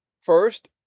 First